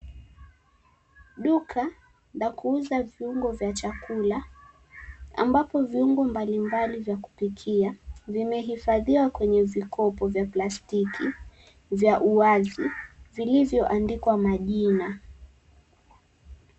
Duka la kuuza viungo vya chakula, ambapo viungo mbalimbali vya kupikia vimehifadhiwa kwenye vikopo vya plastiki vya uwazi vilivyoandikwa majina.